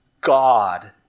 God